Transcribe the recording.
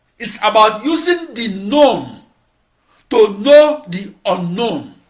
is about using the known to know the unknown.